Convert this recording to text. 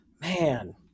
man